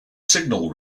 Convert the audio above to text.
signal